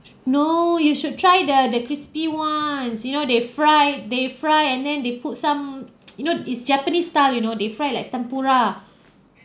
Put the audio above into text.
no you should try the the crispy ones you know they fry they fry and then they put some you know it's japanese style you know they fry like tempura